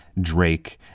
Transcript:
Drake